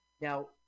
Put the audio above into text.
Now